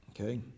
okay